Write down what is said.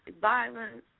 violence